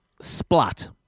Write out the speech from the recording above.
Splat